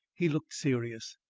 he looked serious.